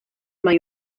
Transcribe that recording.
mae